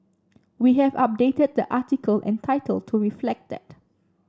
we have updated the article and title to reflect that